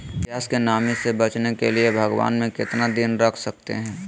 प्यास की नामी से बचने के लिए भगवान में कितना दिन रख सकते हैं?